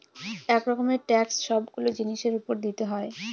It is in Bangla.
এক রকমের ট্যাক্স সবগুলো জিনিসের উপর দিতে হয়